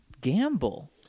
gamble